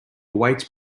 awaits